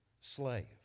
slave